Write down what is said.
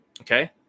okay